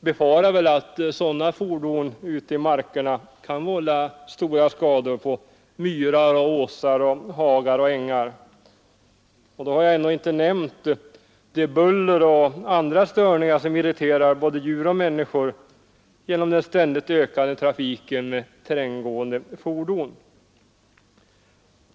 befarar att sådana fordon ute i markerna kan vålla stora skador på myrar, åsar, hagar och ängar. Då har jag ändå inte nämnt det buller och andra störningar som irriterar både djur och människor genom den ständigt ökade trafiken med terränggående fordon.